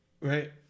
Right